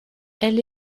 elle